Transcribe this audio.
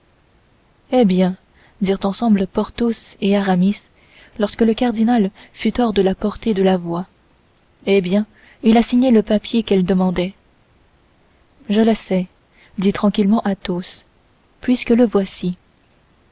eh bien dirent ensemble porthos et aramis lorsque le cardinal fut hors de la portée de la voix eh bien il a signé le papier qu'elle demandait je le sais dit tranquillement athos puisque le voici